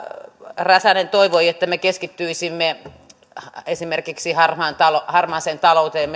räsänen toivoi että me hallituspuolueiden kansanedustajat keskittyisimme esimerkiksi harmaaseen talouteen